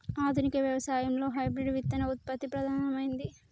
ఆధునిక వ్యవసాయం లో హైబ్రిడ్ విత్తన ఉత్పత్తి ప్రధానమైంది